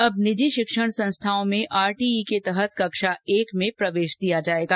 अब निजी शिक्षण संस्थाओं में आरटीई के तहत कक्षा एक में प्रवेश दिया जाएगा